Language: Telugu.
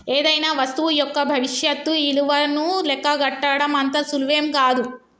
ఏదైనా వస్తువు యొక్క భవిష్యత్తు ఇలువను లెక్కగట్టడం అంత సులువేం గాదు